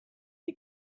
you